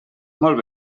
molt